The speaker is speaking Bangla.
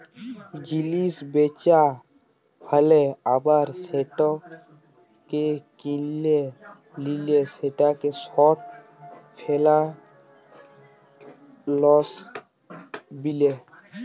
জিলিস বেচা হ্যালে আবার সেটাকে কিলে লিলে সেটাকে শর্ট ফেলালস বিলে